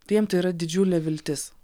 tai jiem tai yra didžiulė viltis